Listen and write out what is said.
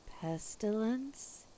Pestilence